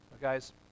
guys